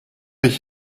ich